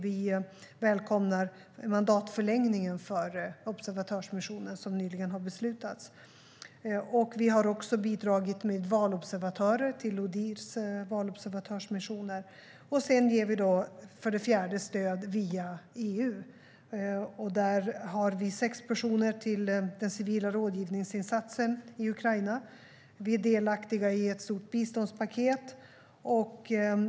Vi välkomnar den mandatförlängning för observatörsmissionen som nyligen har beslutats. Vi har också bidragit med valobservatörer till Odihrs valobservatörsmissioner. Vi ger dessutom stöd via EU, och där har vi sex personer till den civila rådgivningsinsatsen i Ukraina. Vi är delaktiga i ett stort biståndspaket.